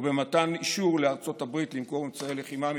במתן אישור לארצות הברית למכור אמצעי לחימה מתקדמים,